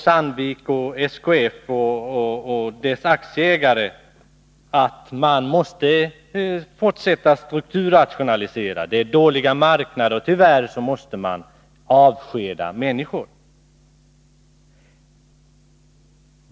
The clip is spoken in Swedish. Sandviks och SKF:s aktieägare säger att det är nödvändigt att fortsätta att strukturrationalisera. Eftersom marknaden är dålig måste man tyvärr avskeda människor, sägs det.